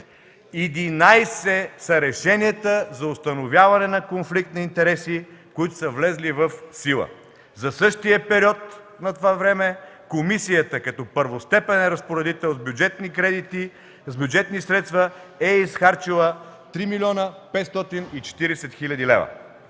са решенията за установяване на конфликт на интереси, които са влезли в сила. За същия период от време Комисията като първостепенен разпоредител с бюджетни средства е изхарчила 3 милиона 540 хиляди лева.